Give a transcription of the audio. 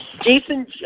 Jason